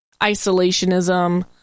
isolationism